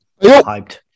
hyped